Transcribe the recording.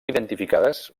identificades